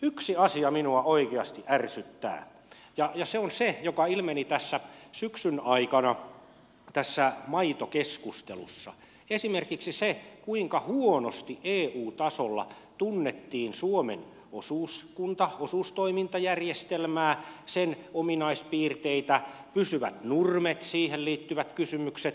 yksi asia minua oikeasti ärsyttää ja se on se mikä ilmeni tässä syksyn aikana maitokeskustelussa kuinka huonosti eu tasolla tunnettiin suomen osuustoimintajärjestelmää sen ominaispiirteitä pysyviä nurmia siihen liittyviä kysymyksiä